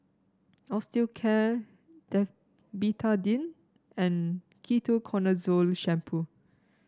Osteocare the Betadine and Ketoconazole Shampoo